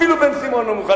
בלי